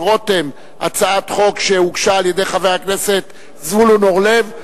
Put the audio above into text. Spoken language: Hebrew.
רותם הצעת חוק שהוגשה על-ידי חבר הכנסת זבולון אורלב,